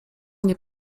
nie